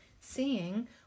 seeing